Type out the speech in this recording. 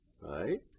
right